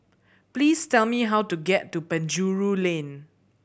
please tell me how to get to Penjuru Lane